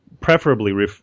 preferably